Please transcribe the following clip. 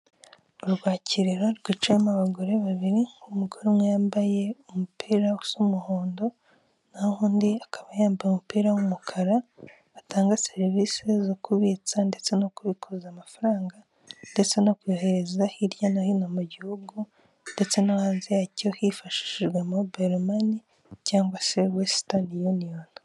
Urwakiraro rwicayemo abagore babiri umugore umwe yambaye umupira usa umuhondo, naho undi akaba yambaye umupira w'umukara, batanga serivisi zo kubitsa ndetse no kubikoza amafaranga ndetse no koyohereza hirya no hino mu gihugu, ndetse no hanze yacyo, hifashishijwe mobayiro mani cyangwa se wesitani uniyoni.